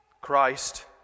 Christ